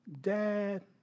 dad